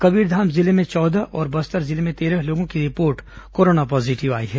कबीरधाम जिले में चौदह और बस्तर जिले में तेरह लोगों की रिपोर्ट कोरोना पॉजीटिव आई है